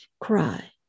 cry